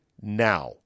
now